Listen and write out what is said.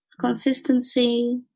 consistency